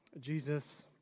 Jesus